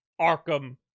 Arkham